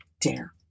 dare